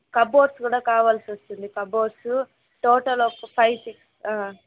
cupboards కూడా కావాల్సొస్తుంది cupboards total ఒక ఫైవ్ సిక్స్